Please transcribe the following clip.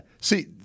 See